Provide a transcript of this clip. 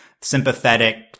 sympathetic